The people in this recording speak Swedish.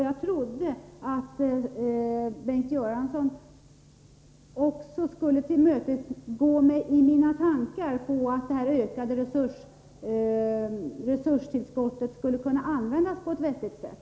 Jag trodde att Bengt Göransson också skulle tillmötesgå mina tankar när det gäller att det ökade resurstillskottet skulle kunna användas på ett vettigt sätt.